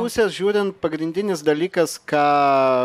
pusės žiūrint pagrindinis dalykas ką